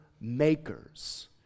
makers